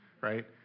right